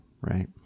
right